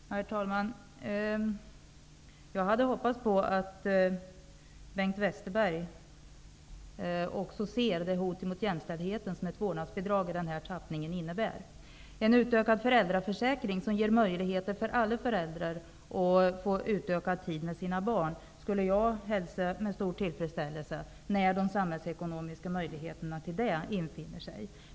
Herr talman! Jag hade hoppats på att också Bengt Westerberg skulle se det hot mot jämställdheten som ett vårdnadsbidrag i denna tappning innebär. En utökad föräldraförsäkring, som ger möjligheter för alla föräldrar att få ökad tid med sina barn, skulle jag hälsa med stor tillfredsställelse när de samhällsekonomiska möjligheterna till detta infinner sig.